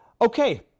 Okay